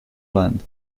land